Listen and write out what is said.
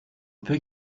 peu